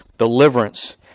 deliverance